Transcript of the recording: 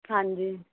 ਹਾਂਜੀ